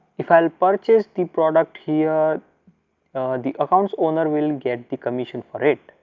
if i will purchase the product here the accounts owner will get the commission for it.